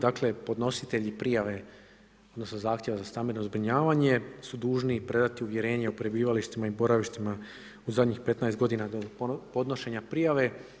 Dakle, podnositelji prijave, odnosno zahtjeva za stambeno zbrinjavanje su dužni predati uvjerenje o prebivalištima i boravištima u zadnjih 15 godina od podnošenja prijave.